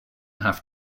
have